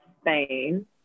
Spain